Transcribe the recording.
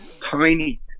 Tiny